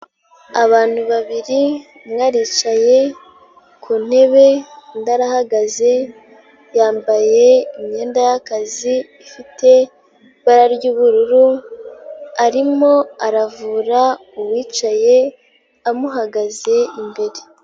Abantu babiri, umwe aricaye ku ntebe, undi arahagaze, yambaye imyenda y'akazi ifite ibara ry'ubururu, arimo aravura uwicaye amuhagaze imbere.